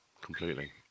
completely